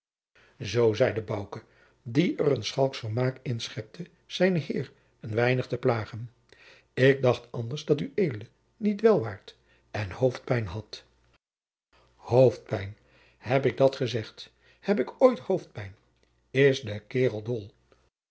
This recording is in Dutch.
zoo zeide bouke die er een schalksch vermaak in schepte zijnen heer een weinig te plagen ik dacht anders dat ued niet wel waart en hoofdpijn had hoofdpijn heb ik dat gezegd heb ik ooit hoofdpijn is de kaerel